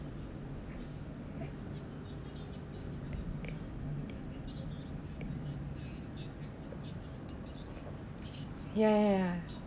ya ya ya